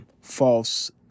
false